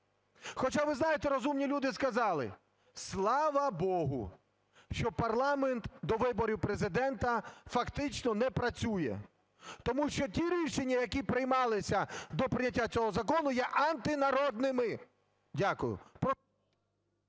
Хоча ви знаєте, розумні люди сказали, слава Богу, що парламент до виборів Президента фактично не працює. Тому що ті рішення, які приймалися до прийняття цього закону, є антинародними. Дякую.